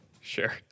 Sure